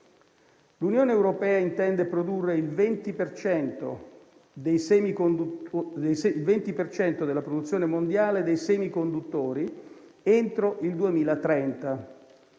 L'Unione europea intende produrre il 20 per cento della produzione mondiale dei semiconduttori entro il 2030;